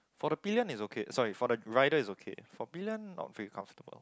for the pillion is okay sorry for the rider is okay for pillion not very comfortable